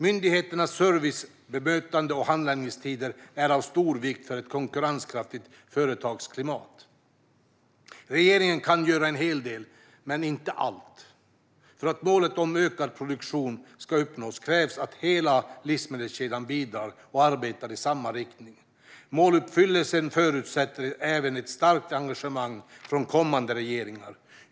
Myndigheters service, bemötande och handläggningstider är av stor vikt för ett konkurrenskraftigt företagsklimat. Regeringen kan göra en hel del, men inte allt. För att målet om ökad produktion ska uppnås krävs att hela livsmedelskedjan bidrar och arbetar i samma riktning. Måluppfyllelse förutsätter även ett starkt engagemang från kommande regeringar.